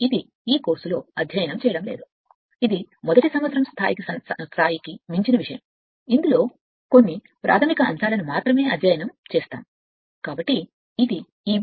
ఇది ఈ కోర్సులో దీనిలో అధ్యయనం చేయదు కొన్ని ప్రాథమిక అంశాలు మొదటి సంవత్సరం స్థాయిలో మించలేవు